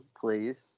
please